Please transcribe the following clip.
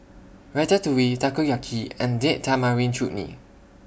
Ratatouille Takoyaki and Date Tamarind Chutney